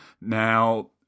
Now